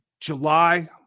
July